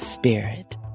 Spirit